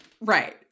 Right